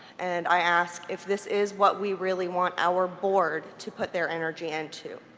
and i ask if this is what we really want our board to put their energy into.